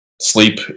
Sleep